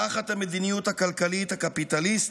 תחת המדיניות הכלכלית הקפיטליסטית,